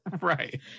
Right